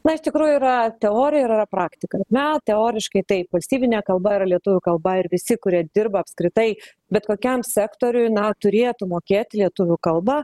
na iš tikrųjų yra teorija ir yra praktika na teoriškai taip valstybinė kalba ar lietuvių kalba ir visi kurie dirba apskritai bet kokiam sektoriui na turėtų mokėti lietuvių kalbą